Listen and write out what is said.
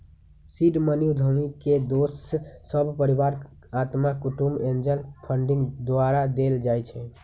seed money उद्यमी के दोस सभ, परिवार, अत्मा कुटूम्ब, एंजल फंडिंग द्वारा देल जाइ छइ